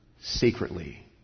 secretly